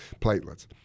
platelets